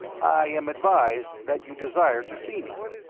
i am advised that you desire to see me?